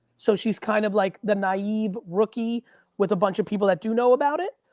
so, she's kind of like the naive rookie with a bunch of people that do know about it,